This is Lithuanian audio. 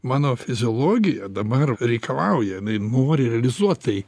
mano fiziologija dabar reikalauja jinai nori realizuot tai